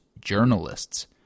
journalists